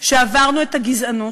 שעברנו את הגזענות,